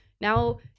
now